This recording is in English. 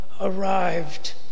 arrived